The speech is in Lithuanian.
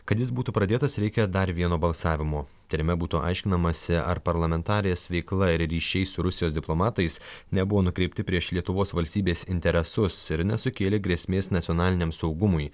kad jis būtų pradėtas reikia dar vieno balsavimo kuriame būtų aiškinamasi ar parlamentarės veikla ryšiai su rusijos diplomatais nebuvo nukreipti prieš lietuvos valstybės interesus ir nesukėlė grėsmės nacionaliniam saugumui